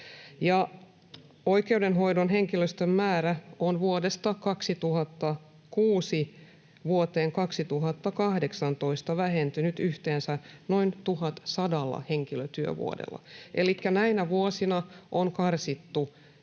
Oikeudenhoidon henkilöstön määrä on vuodesta 2006 vuoteen 2018 vähentynyt yhteensä noin 1 100 henkilötyövuodella, elikkä näinä vuosina on karsittu